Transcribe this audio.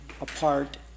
apart